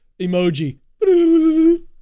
emoji